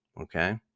Okay